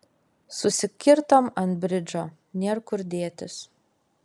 susikirtom ant bridžo nėr kur dėtis